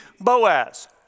Boaz